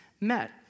met